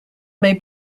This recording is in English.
may